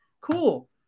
cool